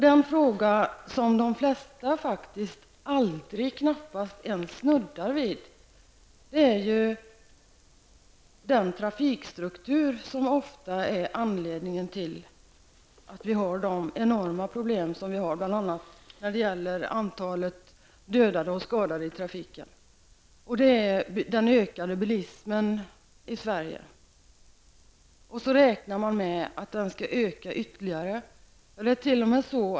Den fråga som de flesta faktiskt aldrig ens snuddar vid är den trafikstruktur som ofta är anledning till att vi har de enorma problem som vi har, bl.a. Det gäller den ökade bilismen i Sverige -- och så räknar man med att den skall öka ytterligare.